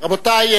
רבותי,